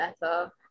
better